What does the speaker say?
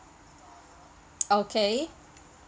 okay